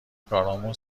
کارامون